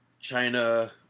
China